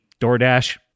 DoorDash